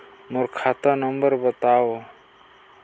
मोर खाता नम्बर बताव?